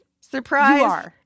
Surprise